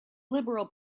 liberal